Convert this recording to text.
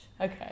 Okay